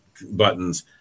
buttons